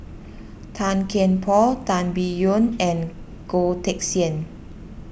Tan Kian Por Tan Biyun and Goh Teck Sian